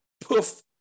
poof